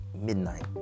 midnight